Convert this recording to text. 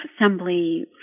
assembly